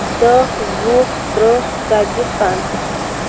دہ وُہ ترٕہ ژَجی پَنژہ